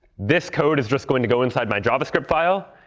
this code is just going to go inside my javascript file.